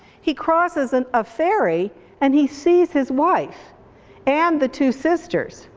he crosses and a ferry and he sees his wife and the two sisters,